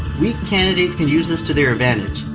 weak candidates can use this to their advantage.